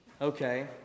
Okay